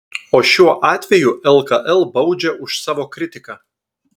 o šiuo atveju lkl baudžia už savo kritiką